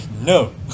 no